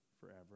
forever